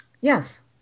Yes